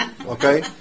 okay